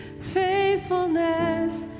faithfulness